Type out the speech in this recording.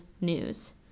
news